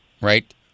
right